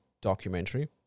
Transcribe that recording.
Documentary